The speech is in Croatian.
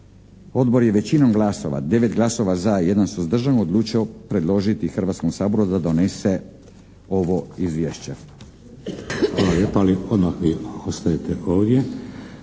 odbor je većinom glasova, 9 glasova za i jedan suzdržan odlučio predložiti Hrvatskom saboru da donese ovo izvješće.